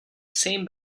same